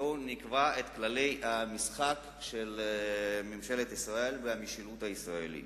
בואו נקבע את כללי המשחק של ממשלת ישראל והמשילות הישראלית.